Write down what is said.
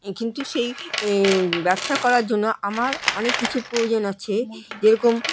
কিন্তু সেই ব্যবসা করার জন্য আমার অনেক কিছু প্রয়োজন আছে যেরকম